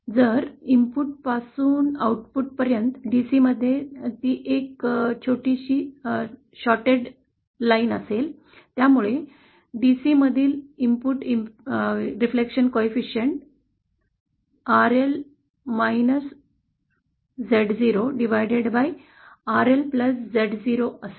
जर इनपुटपासून आउटपुटपर्यंत DC मध्ये ती एक छोटी शॉटऍड रेषा असेल त्यामुळे DC मधील इनपुट प्रतिबिंब गुणांक RL Z0 असेल